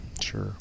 Sure